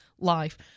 life